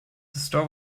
store